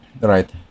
Right